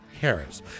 Harris